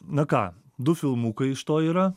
na ką du filmukai iš to yra